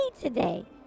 today